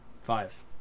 Five